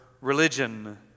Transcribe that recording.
religion